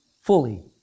fully